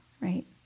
right